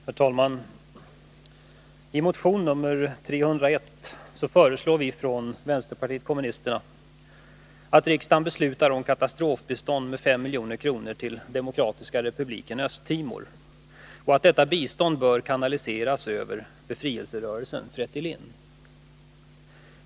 Herr talman! I motion 301 föreslår vi från vänsterpartiet kommunisterna att riksdagen beslutar om katastrofbistånd med 5 milj.kr. till Demokratiska republiken Östtimor och att detta bistånd kanaliseras över befrielserörelsen Fretilin.